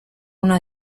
una